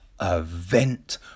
event